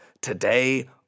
Today